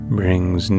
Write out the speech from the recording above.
brings